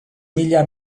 mila